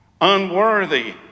unworthy